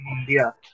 India